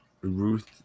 Ruth